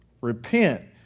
repent